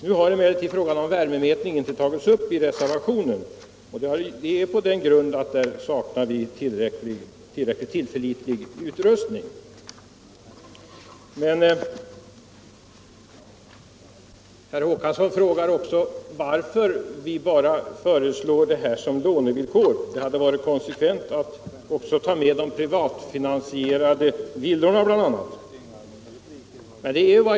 Nu har emellertid frågan om värmemätning inte tagits upp i reservationen på grund av att tillräckligt tillförlitlig utrustning saknas. Herr Håkansson frågar varför vi bara föreslår detta som lånevillkor. Det hade, säger han, varit konsekvent att också ta med de privatfinansierade villorna.